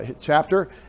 chapter